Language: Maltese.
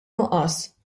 nuqqas